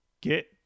get